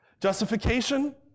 Justification